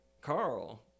Carl